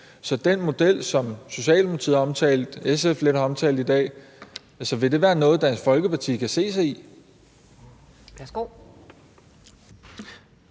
vil den model, som Socialdemokratiet omtalte, og som SF har omtalt lidt i dag, være noget, Dansk Folkeparti kan se sig